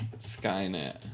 Skynet